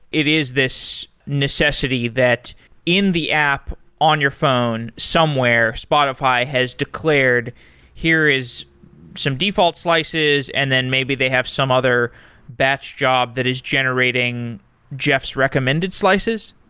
it is this necessity that in the app on your phone somewhere, spotify has declared here is some default slices and then maybe they have some other batch job that is generating jeff's recommended slices?